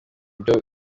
byo